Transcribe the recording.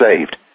saved